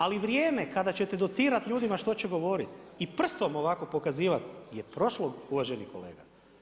Ali, vrijeme kada ćete docirati ljudima što će govoriti i prstom ovako pokazivati, je prošlo uvaženi kolega.